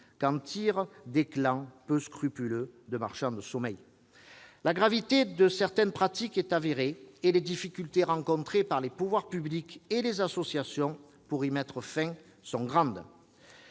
qu'en tirent des clans peu scrupuleux de marchands de sommeil. La gravité de certaines pratiques est avérée, et les difficultés rencontrées par les pouvoirs publics et les associations pour y mettre fin sont grandes.